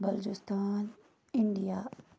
Balochistan India